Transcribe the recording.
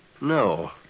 No